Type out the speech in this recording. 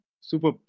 Super